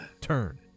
turn